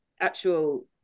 actual